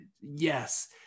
Yes